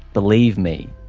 believe me.